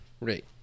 right